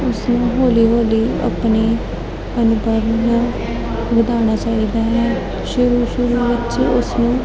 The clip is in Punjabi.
ਉਸਨੂੰ ਹੌਲੀ ਹੌਲੀ ਆਪਣੇ ਅਨੁਭਵ ਨੂੰ ਵਧਾਉਣਾ ਚਾਹੀਦਾ ਹੈ ਸ਼ੁਰੂ ਸ਼ੁਰੂ ਵਿੱਚ ਉਸਨੂੰ